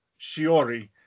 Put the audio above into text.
Shiori